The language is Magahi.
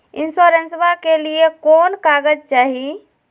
इंसोरेंसबा के लिए कौन कागज चाही?